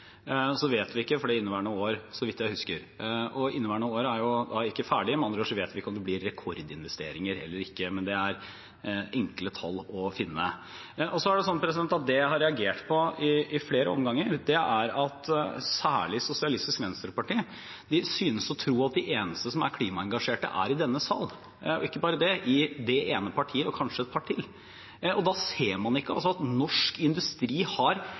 Inneværende år er ikke ferdig, så med andre ord vet vi ikke om det blir rekordinvesteringer eller ikke, men det er enkle tall å finne. Det jeg har reagert på i flere omganger, er at særlig SV synes å tro at de eneste som er klimaengasjerte, er i denne sal – og ikke bare det – i det ene partiet og kanskje et par til. Da ser man ikke at norsk industri – lenge før dette ble noe man, beundringsverdig nok, demonstrerte for utenfor Stortinget – har